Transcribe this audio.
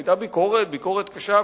היתה ביקורת וביקורת קשה,